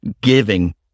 giving